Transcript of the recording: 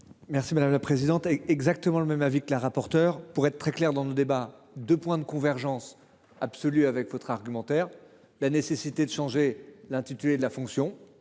Merci madame la présidente est exactement le même avis que la rapporteure pour être très clair dans le débat de points de convergence absolue avec votre argumentaire. La nécessité de changer l'intitulé de la fonction,